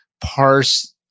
parse